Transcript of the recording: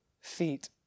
feet